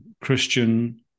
Christian